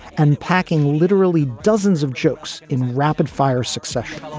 and packing literally dozens of jokes in rapid fire succession